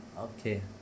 Okay